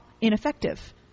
ineffective